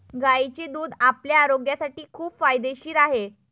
गायीचे दूध आपल्या आरोग्यासाठी खूप फायदेशीर आहे